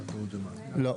לא.